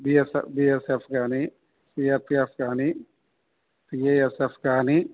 BS BSF కానీ CRPF కానీ CASF కానీ